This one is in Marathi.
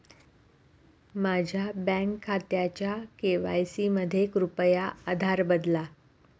माझ्या बँक खात्याचा के.वाय.सी मध्ये कृपया आधार बदला